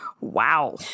wow